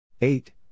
Eight